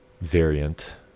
variant